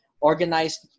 organized